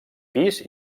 pis